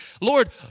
Lord